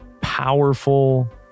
powerful